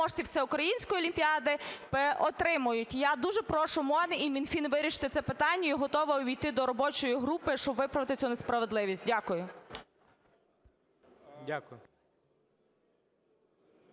всеукраїнської олімпіади отримують. Я дуже прошу МОН і Мінфін вирішити це питання і готова увійти до робочої групи, щоб виправити цю несправедливість. Дякую.